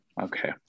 Okay